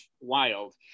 wild